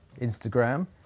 Instagram